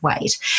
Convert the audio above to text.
wait